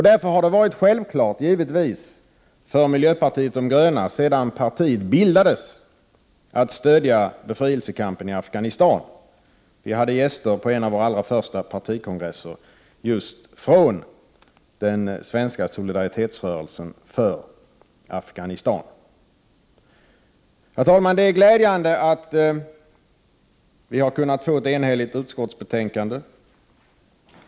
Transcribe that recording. Därför har det varit självklart för miljöpartiet de gröna sedan partiet bildades att stödja befrielsekampen i Afghanistan. Vi hade på en av våra första partikongresser gäster just från den svenska solidaritetsrörelsen för Afghanistan. Herr talman! Det är glädjande att vi har kunnat få ett enhälligt utskottsbetänkande.